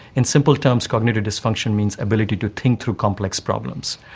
in simple terms, cognitive dysfunction means ability to think through complex problems.